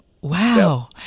Wow